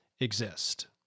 exist